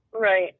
Right